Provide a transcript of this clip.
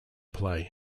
play